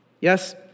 Yes